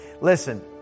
Listen